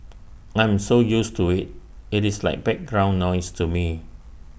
I'm so used to IT it is like background noise to me